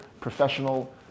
professional